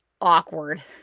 awkward